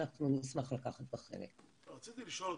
מדובר בדיון שלישי בייצוג הולם